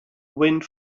wind